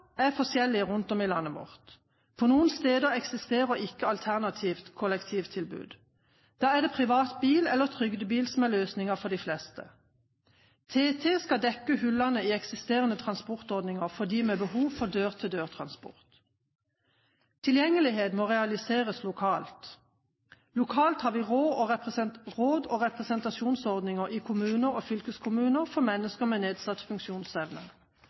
er forskjellige rundt om i landet vårt. Noen steder eksisterer det ikke et alternativt kollektivtilbud. Da er det privat bil eller trygdebil som er løsningen for de fleste. TT skal dekke hullene i eksisterende transportordninger for dem med behov for dør-til-dør-transport. Tilgjengelighet må realiseres lokalt. Lokalt har vi råd og representasjonsordninger i kommuner og fylkeskommuner for mennesker med nedsatt funksjonsevne. Kommuner og fylkeskommuner skal sørge for at mennesker med nedsatt funksjonsevne